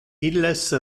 illes